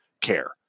care